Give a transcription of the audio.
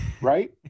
Right